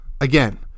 again